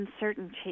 uncertainty